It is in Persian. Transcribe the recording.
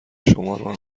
شمارو